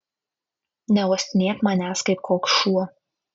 neuostinėk manęs kaip koks šuo